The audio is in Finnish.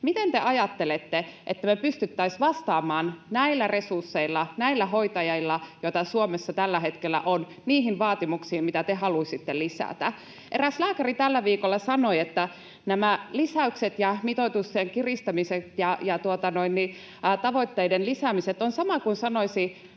Miten te ajattelette, että me pystyttäisiin vastaamaan näillä resursseilla, näillä hoitajilla, joita Suomessa tällä hetkellä on, niihin vaatimuksiin, mitä te haluaisitte lisätä? Eräs lääkäri tällä viikolla sanoi, että nämä lisäykset ja mitoitusten kiristämiset ja tavoitteiden lisäämiset ovat sama kuin sanoisi